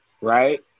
right